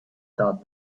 thought